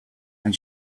and